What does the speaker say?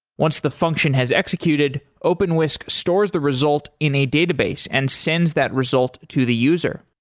once the function has executed, openwhisk stores the result in a database and sends that result to the user.